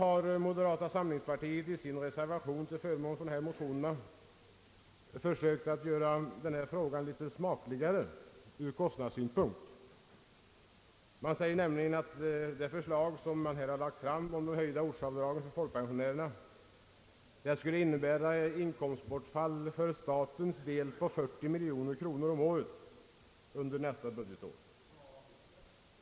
Moderata samlingspartiet har i sin reservation till förmån för dessa motioner försökt göra frågan litet smakligare ur kostnadssynpunkt. Man säger nämligen att det förslag man lagt fram om höjda ortsavdrag för folkpensionärerna skulle innebära ett inkomstbortfall för statens del på 40 miljoner kronor under nästa budgetår.